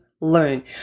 learn